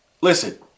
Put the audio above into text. listen